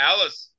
Alice